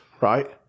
right